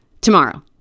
Tomorrow